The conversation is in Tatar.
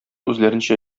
үзләренчә